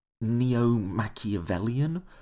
neo-Machiavellian